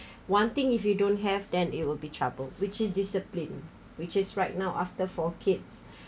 one thing if you don't have then it will be trouble which is discipline which is right now after four kids